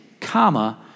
comma